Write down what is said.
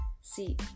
see